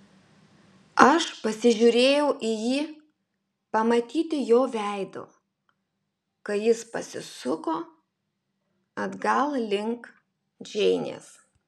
aš pasižiūrėjau į jį pamatyti jo veido kai jis pasisuko atgal link džeinės